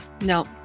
No